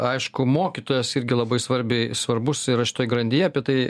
aišku mokytojas irgi labai svarbi svarbus yra šitoje grandyje apie tai